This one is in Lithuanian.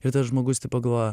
ir tas žmogus pagalvoja